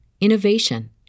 innovation